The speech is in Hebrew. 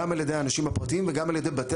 גם על ידי האנשים הפרטיים וגם על ידי בתי